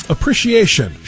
Appreciation